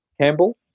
Campbell